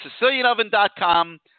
SicilianOven.com